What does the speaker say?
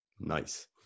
Nice